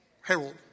Harold